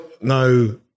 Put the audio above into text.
No